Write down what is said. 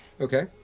Okay